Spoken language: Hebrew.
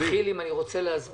מתחיל עם אני רוצה להסביר,